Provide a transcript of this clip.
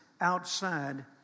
Outside